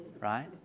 right